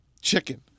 chicken